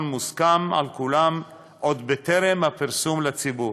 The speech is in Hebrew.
המוסכם על כולם עוד בטרם הפרסום לציבור,